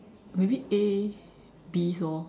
maybe A Bs lor